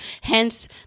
Hence